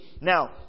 Now